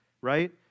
right